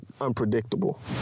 unpredictable